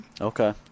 Okay